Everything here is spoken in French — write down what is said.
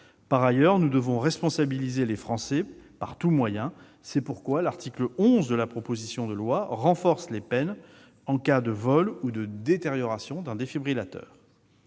Par ailleurs, nous devons responsabiliser les Français par tout moyen ; c'est pourquoi l'article 11 de la proposition de loi renforce les peines en cas de vol ou de détérioration d'un défibrillateur.